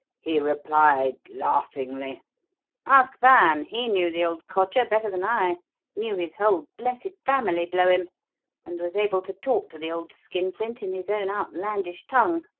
he replied, laughingly ask van, he knew the old codger better than i knew his whole blessed family, blow him and was able to talk to the old skinflint in his own outlandish tongue